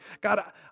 God